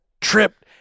tripped